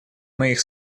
моих